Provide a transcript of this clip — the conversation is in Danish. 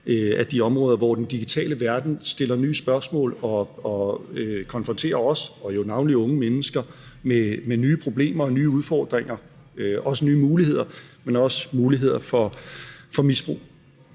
af de områder, hvor den digitale verden stiller nye spørgsmål og konfronterer os og jo navnlig unge mennesker med nye problemer og nye udfordringer – nye muligheder, men også muligheder for misbrug.